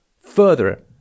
further